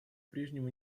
прежнему